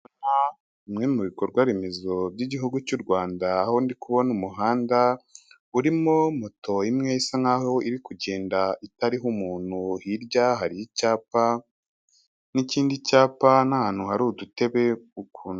Bimwe mu bikorwaremezo by'igihugu cy'u Rwanda aho ndikubona umuhanda urimo moto imwe isa nkaho iri kugenda itariho umuntu, hirya hari icyapa n'ikindi cyapa n'ahantu hari udutebe ukuntu.